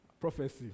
Prophecy